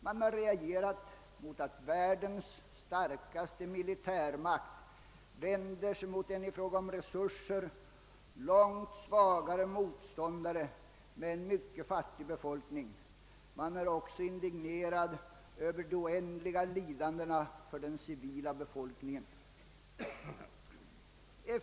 Man har reagerat mot att världens största militärmakt vänder sig mot en i fråga om resurser långt svagare motståndare med en mycket fattig befolkning. Man är också indignerad över de oändliga lidandena för den civila befolkningen.